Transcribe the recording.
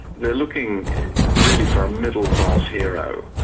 they're looking really for a middle-class hero,